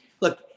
look